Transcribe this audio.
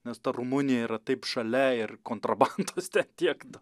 nes ta rumunija yra taip šalia ir kontrabandos ten tiek daug